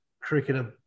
cricketer